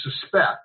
suspect